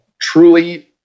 truly